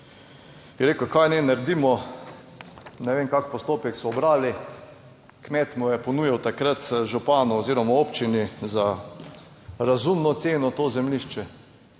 Je rekel, kaj naj naredimo? Ne vem, kakšen postopek so ubrali. Kmet mu je ponudil takrat županu oziroma občini za razumno ceno to zemljišče,